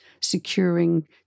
securing